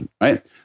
right